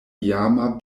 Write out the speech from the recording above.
iama